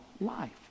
life